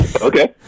Okay